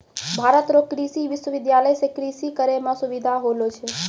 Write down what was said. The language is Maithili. भारत रो कृषि विश्वबिद्यालय से कृषि करै मह सुबिधा होलो छै